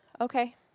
okay